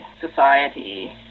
society